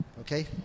Okay